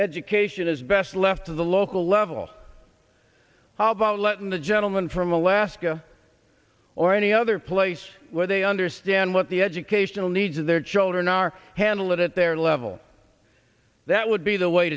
education is best left to the local level how about letting the gentleman from alaska or any other place where they understand what the educational needs of their children are handle it at their level that would be the way